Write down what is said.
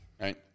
right